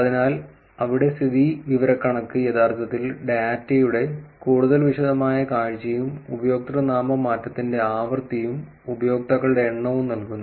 അതിനാൽ അവിടെ സ്ഥിതിവിവരക്കണക്ക് യഥാർത്ഥത്തിൽ ഡാറ്റയുടെ കൂടുതൽ വിശദമായ കാഴ്ചയും ഉപയോക്തൃനാമ മാറ്റത്തിന്റെ ആവൃത്തിയും ഉപയോക്താക്കളുടെ എണ്ണവും നൽകുന്നു